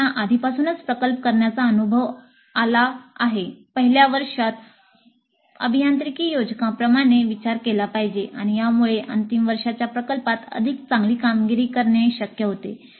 त्यांना आधीपासूनच प्रकल्प करण्याचा अनुभव आला पाहिजे पहिल्या वर्षाच्या अभियांत्रिकी योजकाप्रमाणे विचार केला पाहिजे आणि यामुळे अंतिम वर्षाच्या प्रकल्पात अधिक चांगली कामगिरी करणे शक्य होते